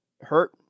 hurt